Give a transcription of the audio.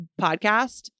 podcast